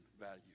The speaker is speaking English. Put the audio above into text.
value